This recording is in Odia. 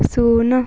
ଶୂନ